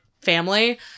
family